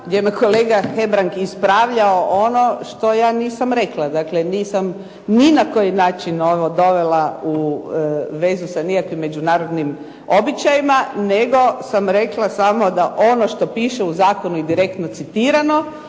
gdje me je kolega Hebrang ispravljao ono što ja nisam rekla. Dakle, nisam ni na koji način ovo dovela u vezu sa nikakvim međunarodnim običajima, nego sam rekla samo da ono što piše u zakonu i direktno citirano